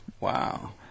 Wow